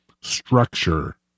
structure